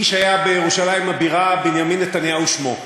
איש היה בירושלים הבירה, בנימין נתניהו שמו.